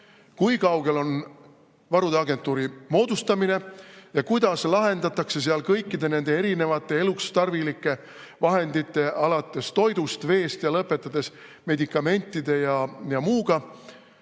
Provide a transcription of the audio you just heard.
kui kaugel on varude agentuuri moodustamine ja kuidas lahendatakse seal kõikide nende erinevate eluks tarvilike vahendite – alates toidust ja veest ja lõpetades medikamentide ja muuga